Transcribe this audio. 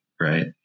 right